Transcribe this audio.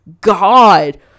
God